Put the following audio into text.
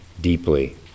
deeply